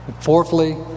Fourthly